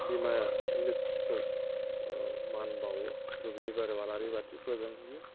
बिमा लोक्षिखौ मान बावो दुब्लि बारियाव आलारि बाथि फोजोंहैयो